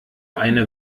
eine